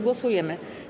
Głosujemy.